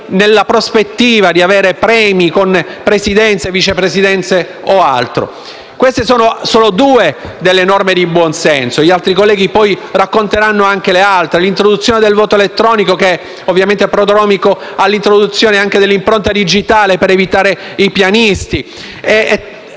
nella prospettiva di avere premi con Presidenze, Vice Presidenze o altro. Queste sono due delle norme di buon senso. Gli altri colleghi, poi, racconteranno anche le altre: l'introduzione del voto elettronico, ad esempio, che, ovviamente, è prodromica all'introduzione anche dell'impronta digitale per evitare il fenomeno